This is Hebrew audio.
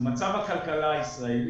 מצב הכלכלה הישראלי.